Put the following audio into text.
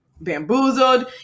bamboozled